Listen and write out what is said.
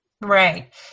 Right